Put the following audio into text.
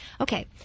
Okay